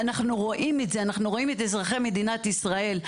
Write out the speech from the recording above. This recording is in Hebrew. ועד שהוא יוכשר להיות שוטר שיוכל להגן על אזרחי מדינת ישראל,